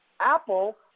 Apple